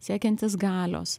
siekiantis galios